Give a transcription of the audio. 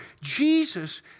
Jesus